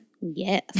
Yes